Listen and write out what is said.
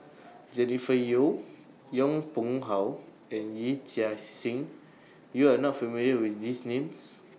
Jennifer Yeo Yong Pung How and Yee Chia Hsing YOU Are not familiar with These Names